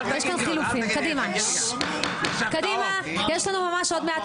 יש לנו ממש עוד מעט